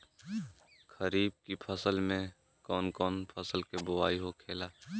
खरीफ की फसल में कौन कौन फसल के बोवाई होखेला?